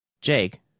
Jake